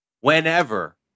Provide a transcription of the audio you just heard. whenever